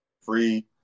Free